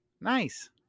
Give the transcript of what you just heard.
nice